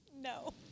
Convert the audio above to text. No